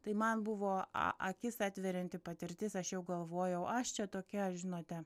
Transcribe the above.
tai man buvo a akis atverianti patirtis aš jau galvojau aš čia tokia žinote